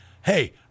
hey